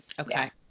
Okay